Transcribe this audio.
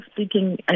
speaking